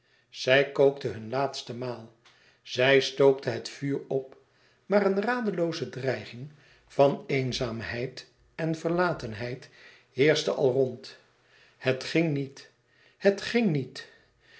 zij kookte hun laatste maal zij stookte het vuur op maar een radelooze dreiging van eenzaamheid en verlatenheid heerschte al rond het ging niet het ging niet